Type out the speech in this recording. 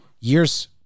years